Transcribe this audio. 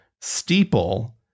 steeple